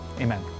amen